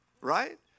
right